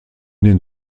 den